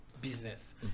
business